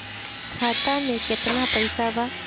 खाता में केतना पइसा बा?